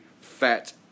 fat